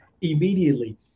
immediately